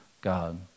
God